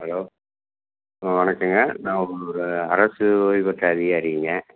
hello ஆ வணக்கங்க நான் ஒரு அரசு ஓய்வு பெற்ற அதிகாரிங்கள்